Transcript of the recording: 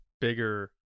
bigger